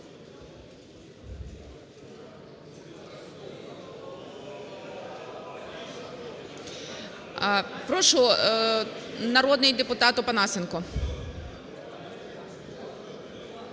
Прошу, народний депутат Опанасенко.